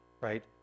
right